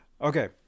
Okay